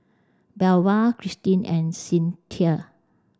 Belva Christene and Cinthia